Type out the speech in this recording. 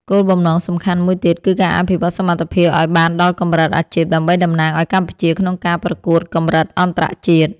គោលបំណងសំខាន់មួយទៀត គឺការអភិវឌ្ឍសមត្ថភាពឱ្យបានដល់កម្រិតអាជីព ដើម្បីតំណាងឱ្យកម្ពុជាក្នុងការប្រកួតកម្រិតអន្តរជាតិ។